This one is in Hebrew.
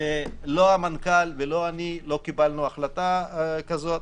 לא המנכ"ל ולא אני קיבלנו החלטה כזו.